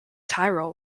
tyrol